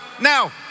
Now